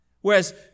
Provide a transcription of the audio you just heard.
whereas